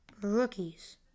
Rookies